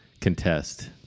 contest